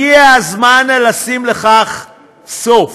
הגיע הזמן לשים לכך סוף.